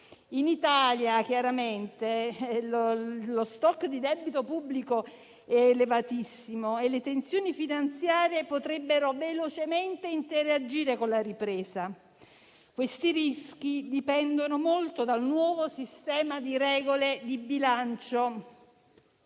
In Italia, lo *stock* di debito pubblico è elevatissimo e le tensioni finanziarie potrebbero velocemente interagire con la ripresa. Questi rischi dipendono molto dal nuovo sistema di regole di bilancio,